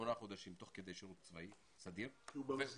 שמונה חודשים תוך כדי שירות צבאי סדיר ובוגר